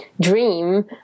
dream